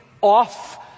off